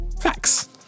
Facts